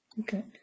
Okay